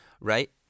Right